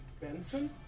Benson